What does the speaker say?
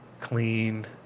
clean